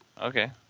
Okay